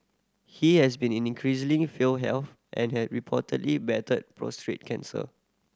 he has been in increasingly frail health and has reportedly battled prostate cancer